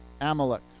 Amalek